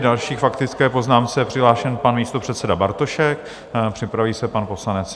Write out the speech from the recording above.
Další k faktické poznámce je přihlášen pan místopředseda Bartošek, připraví se pan poslanec Juchelka.